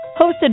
hosted